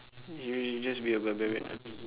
you you'll just be a barbarian ah